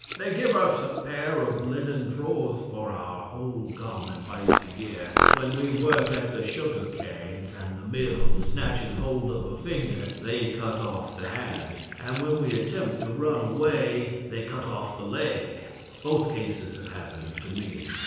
they give us a pair of linen drawers for our whole garment twice a year. when we work at the sugar-canes, and the mill snatches hold of a finger, they cut off the hand and when we attempt to run away, they cut off the leg both cases have happened to me.